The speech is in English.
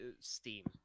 steam